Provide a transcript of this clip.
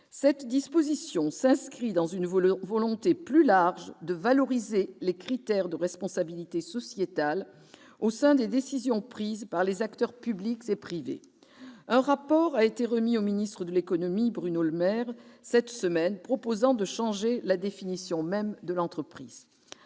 Cette disposition s'inscrit dans une volonté plus large de valoriser les critères de responsabilité sociétale dans les décisions prises par les acteurs publics et privés. Je note qu'un rapport a été remis cette semaine au ministre de l'économie et des finances, Bruno Le Maire, proposant de changer la définition même de l'entreprise.